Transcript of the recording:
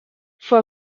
fue